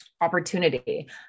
opportunity